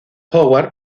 howard